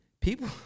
People